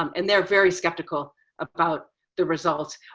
um and they're very skeptical about the results.